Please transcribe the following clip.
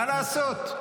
מה לעשות.